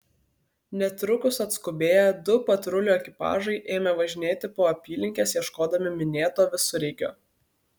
netrukus atskubėję du patrulių ekipažai ėmė važinėti po apylinkes ieškodami minėto visureigio